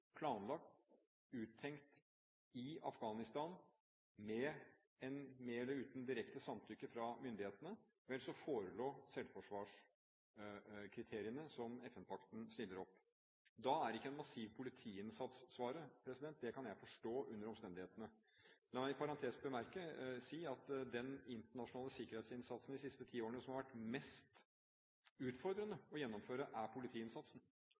planlagt, uttenkt i Afghanistan, med eller uten direkte samtykke fra myndighetene, vel, så forelå selvforsvarskriteriene som FN-pakten stiller opp. Da er ikke en massiv politiinnsats svaret. Det kan jeg forstå under omstendighetene. La meg i parentes si at den internasjonale sikkerhetsinnsatsen de siste ti årene som det har vært mest utfordrende å gjennomføre, er politiinnsatsen,